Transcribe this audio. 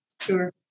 Sure